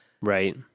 Right